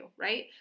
right